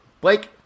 Blake